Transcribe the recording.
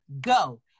go